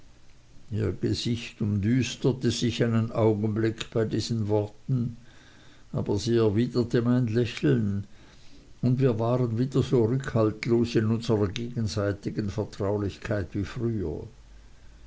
ihr gesicht umdüsterte sich einen augenblick bei diesen worten aber sie erwiderte mein lächeln und wir waren wieder so rückhaltlos in unserer gegenseitigen vertraulichkeit wie früher